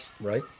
Right